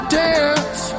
dance